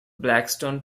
blackstone